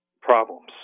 problems